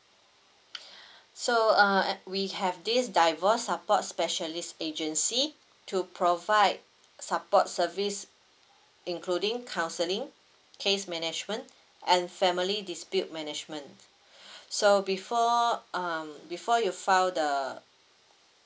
so uh we have this divorce support specialist agency to provide support service including counselling case management and family dispute management so before um before you file the